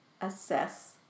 assess